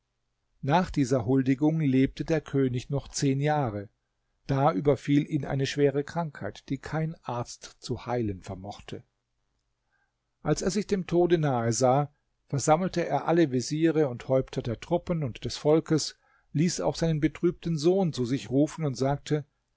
nach dieser huldigung lebte der könig noch zehn jahre da überfiel ihn eine schwere krankheit die kein arzt zu heilen vermochte als er sich dem tod nahe sah versammelte er alle veziere und häupter der truppen und des volkes ließ auch seinen betrübten sohn zu sich rufen und sagte